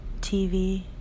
TV